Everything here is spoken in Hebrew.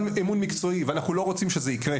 אמון מקצועי ואנחנו לא רוצים שזה ייקרה,